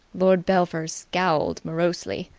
lord belpher scowled morosely.